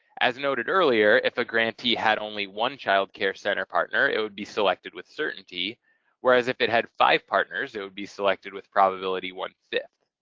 as noted earlier, if a grantee had only one child care center partner it would be selected with certainty whereas if it had five partners it would be selected with probability one-fifth.